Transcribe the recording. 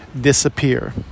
disappear